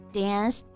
dance